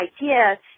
idea